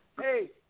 Hey